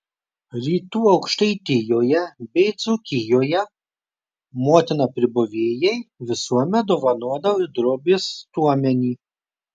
rytų aukštaitijoje bei dzūkijoje motina pribuvėjai visuomet dovanodavo ir drobės stuomenį